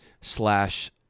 slash